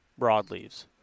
broadleaves